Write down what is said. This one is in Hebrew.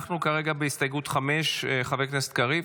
אנחנו כרגע בהסתייגות 5. חבר הכנסת קריב,